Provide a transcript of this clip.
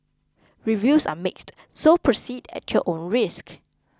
reviews are mixed so proceed at your own risk